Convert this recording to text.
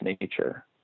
nature